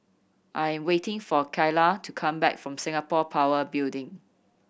I am waiting for Kaia to come back from Singapore Power Building